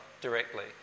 directly